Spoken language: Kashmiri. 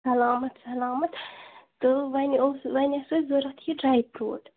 سلامت سلامت تہٕ ؤنۍ اوس ؤنۍ ٲس اَسہِ ضورت یہِ ڈرےٛ فروٗٹ